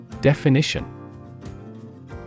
Definition